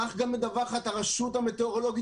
כך מדווחת גם הרשות המטאורולוגית